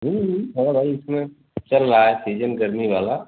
थोड़ा बहुत इसमें चल रहा है सिज़न गर्मी वाला